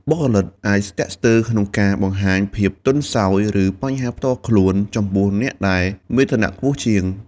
បុគ្គលិកអាចស្ទាក់ស្ទើរក្នុងការបង្ហាញភាពទន់ខ្សោយ ឬបញ្ហាផ្ទាល់ខ្លួនចំពោះអ្នកដែលមានឋានៈខ្ពស់ជាង។